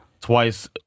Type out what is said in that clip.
Twice